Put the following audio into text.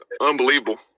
unbelievable